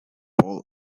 paul